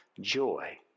joy